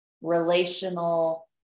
relational